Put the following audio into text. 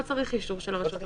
לא צריך אישור של הרשות המקומית.